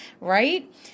right